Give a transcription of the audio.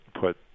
put